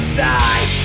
die